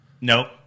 Nope